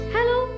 Hello